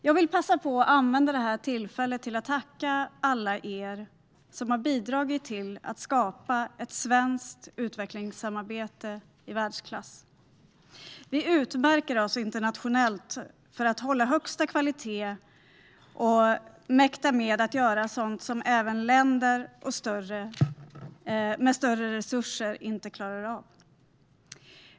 Jag vill passa på att använda det här tillfället till att tacka alla er som har bidragit till att skapa ett svenskt utvecklingssamarbete i världsklass. Vi utmärker oss internationellt genom att hålla högsta kvalitet och att mäkta med att göra sådant som även länder med större resurser inte klarar av.